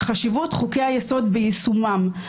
חשיבות חוקי היסוד, ביישומם.